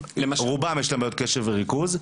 רובם יש להם בעיות קשב וריכוז,